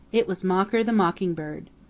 it was mocker the mockingbird.